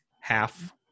half